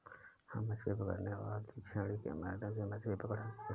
हम मछली पकड़ने वाली छड़ी के माध्यम से मछली पकड़ सकते हैं